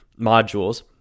modules